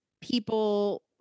people